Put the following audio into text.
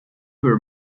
her